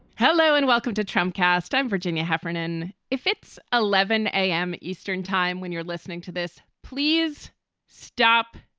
hello and welcome to tramcars time, virginia heffernan if it's eleven a m. eastern time when you're listening to this, please stop,